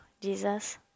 Jesus